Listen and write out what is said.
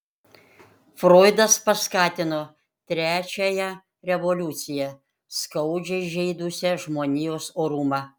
froidas paskatino trečiąją revoliuciją skaudžiai žeidusią žmonijos orumą